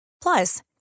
Plus